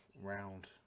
round